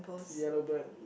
yellow bird